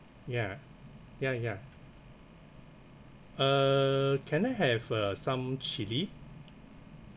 ya ya ya uh can I have uh some chili